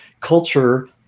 culture